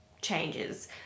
changes